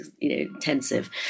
intensive